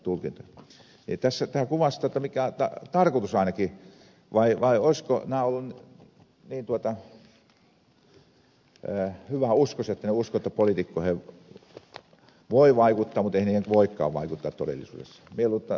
tämä kuvastaa mikä tarkoitus ainakin oli vai olisivatko nämä olleet niin hyväuskoisia että he uskovat että poliitikkoihin voi vaikuttaa mutta eihän niihin voikaan vaikuttaa todellisuudessa